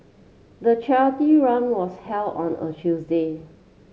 the charity run was held on a Tuesday